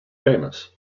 famous